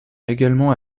également